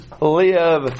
live